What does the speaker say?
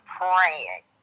praying